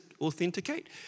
authenticate